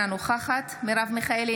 אינה נוכחת מרב מיכאלי,